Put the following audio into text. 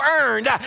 earned